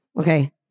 Okay